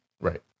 Right